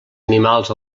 animals